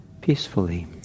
peacefully